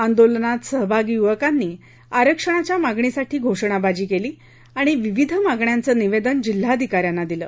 आंदोलनात सहभागी युवकांनी आरक्षणाच्या मागणीसाठी घोषणाबाजी केली आणि विविध मागण्यांचं निवेदन जिल्हाधिकाऱ्यांना दिलं